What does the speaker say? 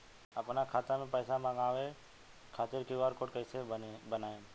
आपन खाता मे पैसा मँगबावे खातिर क्यू.आर कोड कैसे बनाएम?